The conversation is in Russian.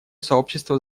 сообщество